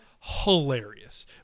hilarious